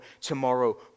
tomorrow